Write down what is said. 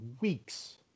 weeks